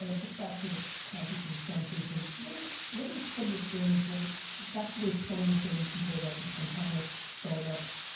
so just back to the context of this conversation, what are what are some of the things, back to those twenty or thirty people that you spent time with, startups,